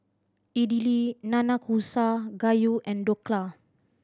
Idili Nanakusa Gayu and Dhokla